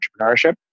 entrepreneurship